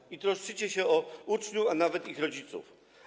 I że troszczycie się o uczniów, a nawet ich rodziców.